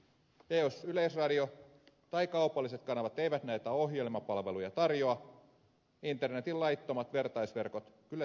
ja jos yleisradio tai kaupalliset kanavat eivät näitä ohjelmapalveluja tarjoa internetin laittomat vertaisverkot kyllä tyydyttävät kysynnän